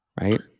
right